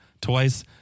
twice